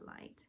light